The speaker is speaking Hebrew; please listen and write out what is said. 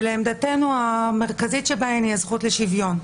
לעמדתנו, המרכזית שבה היא הזכות לשוויון.